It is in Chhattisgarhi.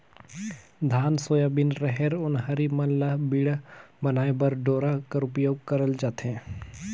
धान, सोयाबीन, रहेर, ओन्हारी मन ल बीड़ा बनाए बर डोरा कर उपियोग करल जाथे